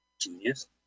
Genius